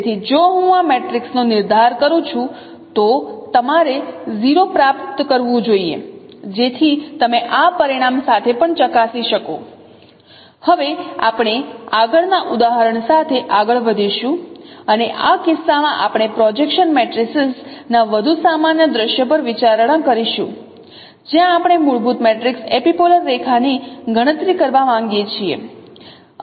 તેથી જો હું આ મેટ્રિક્સનો નિર્ધાર કરું છું તો તમારે 0 પ્રાપ્ત કરવું જોઈએ જેથી તમે આ પરિણામ સાથે પણ ચકાસી શકો હવે આપણે આગળ ના ઉદાહરણ સાથે આગળ વધારીશું અને આ કિસ્સામાં આપણે પ્રોજેક્શન મેટ્રિસીસ ના વધુ સામાન્ય દૃશ્ય પર વિચારણા કરીશું જ્યાં આપણે મૂળભૂત મેટ્રિક્સ એપિપોલર રેખા ની ગણતરી કરવા માંગીએ છીએ